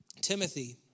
Timothy